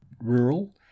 rural